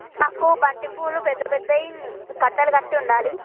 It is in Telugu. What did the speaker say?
మాకు బంతి పూలు పెద్ద పెద్దవి కట్టలు కట్టి ఉండాలి